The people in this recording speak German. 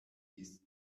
ist